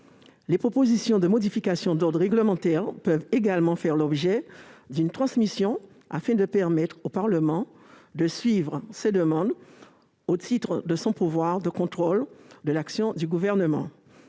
Les propositions de modification d'ordre réglementaire peuvent également faire l'objet d'une transmission afin de permettre au Parlement de suivre ces demandes au titre de son pouvoir de contrôle de l'action du Gouvernement.